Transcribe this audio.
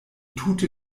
tute